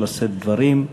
לשאת דברים.